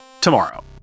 tomorrow